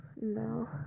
No